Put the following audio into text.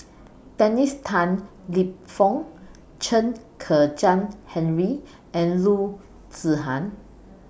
Dennis Tan Lip Fong Chen Kezhan Henri and Loo Zihan